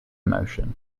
emotion